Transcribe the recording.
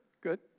Good